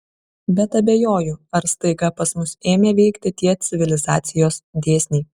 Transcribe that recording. bet abejoju ar staiga pas mus ėmė veikti tie civilizacijos dėsniai